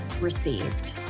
received